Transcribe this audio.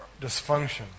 dysfunction